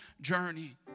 journey